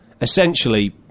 essentially